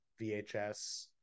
VHS